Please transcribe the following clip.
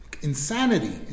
insanity